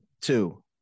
two